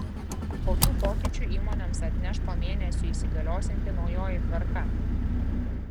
kokių pokyčių įmonėms atneš po mėnesio įsigaliosianti naujoji tvarka